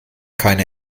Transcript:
keine